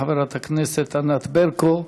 חברת הכנסת ענת ברקו,